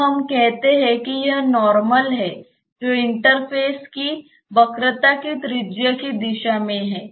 तो हम कहते हैं कि यह नॉर्मल है जो इंटरफ़ेस की वक्रता की त्रिज्या की दिशा में है